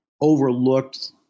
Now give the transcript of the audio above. overlooked